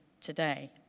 today